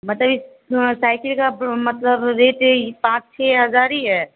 मतलब इस साइकिल का वा मतलब रेट यही पाँच छः हजार ही है